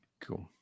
Cool